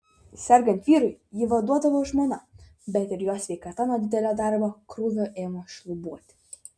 sergant vyrui jį vaduodavo žmona bet ir jos sveikata nuo didelio darbo krūvio ėmė šlubuoti